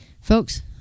folks